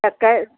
त